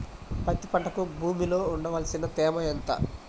పత్తి పంటకు భూమిలో ఉండవలసిన తేమ ఎంత?